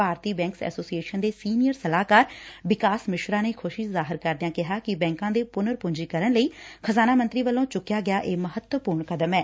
ਭਾਰਤੀ banks association ਦੇ senior ਸਲਾਹਕਾਰ ਬਿਕਾਸ ਮਿਸਰਾ ਨੇ ਖੁਸ਼ੀ ਜ਼ਾਹਿਰ ਕਰਦਿਆ ਕਿਹਾ ਕਿ ਬੈਂਕਾਂ ਦੇ ਪੁਨਰ ਪੁੰਜੀਕਰ ਲਈ ਖ਼ਜ਼ਾਨਾ ਮੰਤਰੀ ਵੱਲੋਂ ਚੁਕਿਆ ਗਿਆ ਕਦਮ ਮਹੱਤਵਪੁਰਨ ਐ